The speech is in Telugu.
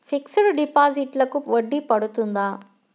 ఫిక్సడ్ డిపాజిట్లకు వడ్డీ పడుతుందా?